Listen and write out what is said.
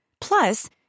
Plus